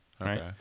right